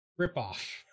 ripoff